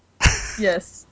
Yes